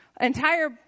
entire